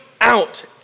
out